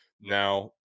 Now